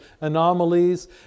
anomalies